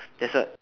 there's a